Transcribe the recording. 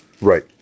Right